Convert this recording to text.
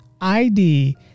ID